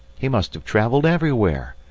he must have travelled everywhere,